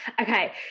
Okay